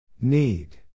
Need